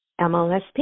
MLSP